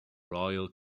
royal